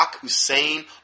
Hussein